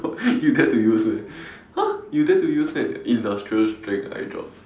you dare to use meh !huh! you dare to use meh industrial strength eye drops